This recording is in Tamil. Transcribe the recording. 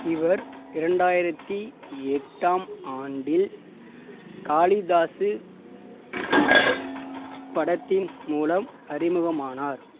இவர் இரண்டாயிரத்தி எட்டாம் ஆண்டில் காளிதாஸ் படத்தின் மூலம் அறிமுகமானார்